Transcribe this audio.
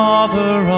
Mother